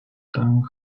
tang